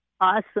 Awesome